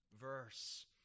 verse